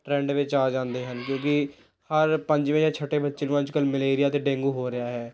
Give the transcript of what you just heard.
trend ਵਿੱਚ ਆ ਜਾਂਦੇ ਹਨ ਕਿਉਂਕਿ ਹਰ ਪੰਜਵੇਂ ਜਾਂ ਛਠੇ ਬੱਚੇ ਨੂੰ ਅੱਜ ਕੱਲ੍ਹ ਮਲੇਰੀਆ ਅਤੇ ਡੇਂਗੂ ਹੋ ਰਿਹਾ ਹੈ